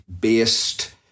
based